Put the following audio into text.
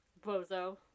bozo